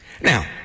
Now